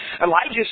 Elijah